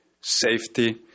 safety